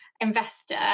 investor